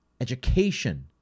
education